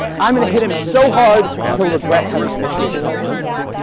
i'm gonna hit him so hard he'll regret having initiated hostilities,